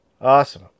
awesome